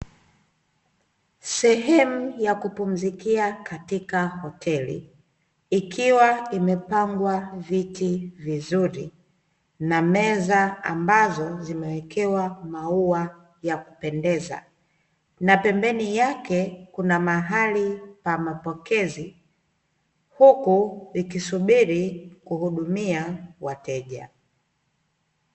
Sehemu ya kupumzikia katika hoteli, ikiwa imepangwa viti vizuri na meza ambazo zimewekewa maua ya kupendeza, na pembeni yake kuna mahali pa mapokezi huku ikisubiri kuhudumia wateja.